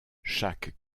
chaque